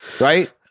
right